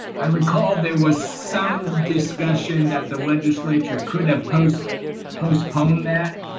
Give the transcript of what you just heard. i recall there was some discussion that the legislature could have posts postpone that.